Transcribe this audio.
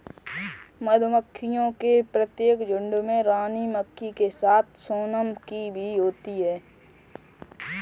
मधुमक्खियों के प्रत्येक झुंड में रानी मक्खी के साथ सोनम की भी होते हैं